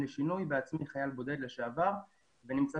הנקודה הבאה.